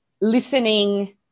listening